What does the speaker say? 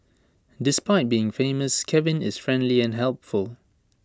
despite being famous Kevin is friendly and helpful